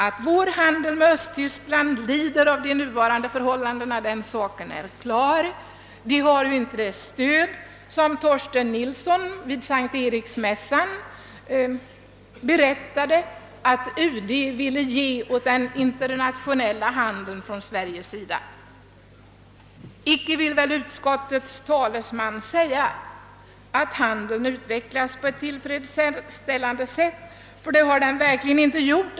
Att vår handel med Östtyskland lider av de nuvarande förhållandena är alldeles klart. Den har ju inte det stöd som utrikesminister Nilsson vid S:t Eriksmässan berättade att UD ville ge den internationella handeln. Inte vill väl utskottets talesman påstå att handeln har utvecklats på ett tillfredsställande sätt? Det har den verkligen inte gjort.